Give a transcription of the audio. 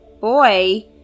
boy